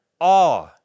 awe